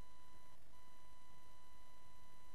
אני